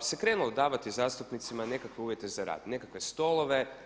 se krenulo davati zastupnicima nekakve uvjete za rad, nekakve stolove.